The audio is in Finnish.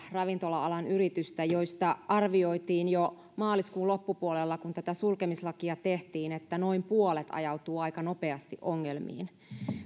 ravintola alan yritystä joista arvioitiin jo maaliskuun loppupuolella kun tätä sulkemislakia tehtiin että noin puolet ajautuu aika nopeasti ongelmiin